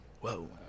Whoa